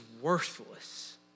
worthless